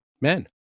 men